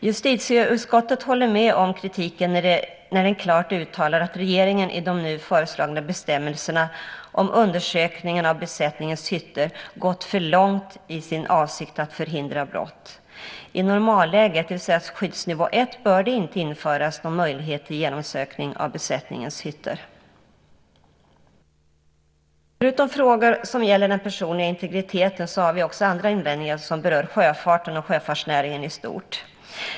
Justitieutskottet håller med om kritiken när det klart uttalar att regeringen i de nu föreslagna bestämmelserna om undersökning av besättningens hytter gått för långt i sin avsikt att förhindra brott. I normalläget, det vill säga skyddsnivå 1, bör det inte införas någon möjlighet till genomsökning av besättningens hytter. Förutom frågor som gäller den personliga integriteten har vi invändningar som berör sjöfarten och sjöfartsnäringen i stort.